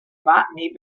botany